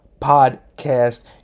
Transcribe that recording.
Podcast